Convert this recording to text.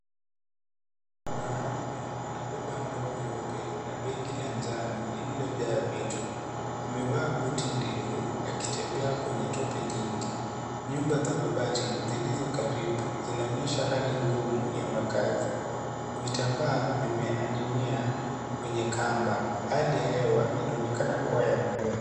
Mwanaume anabeba ndoo nyeupe na begi la njano lililojaa vitu. Amevaa buti ndefu akitembea kwenye tope jingi. Nyumba za mabati zilizo karibu zinaonyesha hali ngumu ya makazi. Vitambaa vimening'inia kwenye kamba. Hali ya hewa inaonekana kuwa ya mvua.